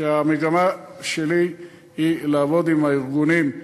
שהמגמה שלי היא לעבוד עם הארגונים.